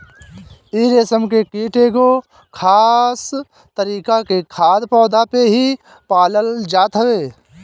इ रेशम के कीट एगो खास तरीका के खाद्य पौधा पे ही पालल जात हवे